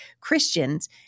Christians